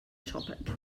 topic